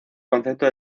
concepto